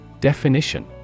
Definition